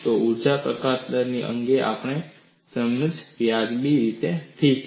ઊર્જા પ્રકાશન દર અંગેની આપણી સમજ વ્યાજબી રીતે ઠીક છે